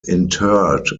interred